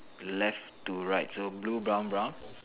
left to right so blue brown brown